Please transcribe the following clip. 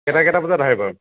কেইটা কেইটা বজাত আহে বাৰু